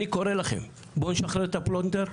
אני קורא לכם בואו נשחרר את הפלונטר,